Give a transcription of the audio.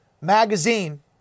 Magazine